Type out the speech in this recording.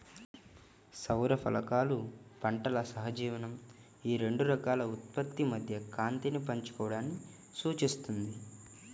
సౌర ఫలకాలు పంటల సహజీవనం ఈ రెండు రకాల ఉత్పత్తి మధ్య కాంతిని పంచుకోవడాన్ని సూచిస్తుంది